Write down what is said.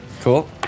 Cool